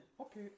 Okay